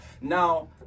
Now